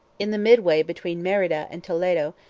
in the midway between merida and toledo,